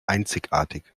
einzigartig